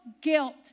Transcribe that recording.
guilt